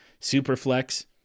Superflex